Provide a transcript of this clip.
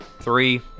three